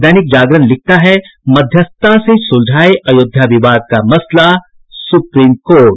दैनिक जागरण लिखता है मध्यस्थता से सुलझाये अयोध्या विवाद का मसला सुप्रीम कोर्ट